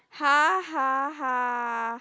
ha ha ha